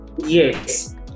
yes